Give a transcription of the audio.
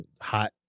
hot